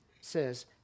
says